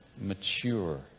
mature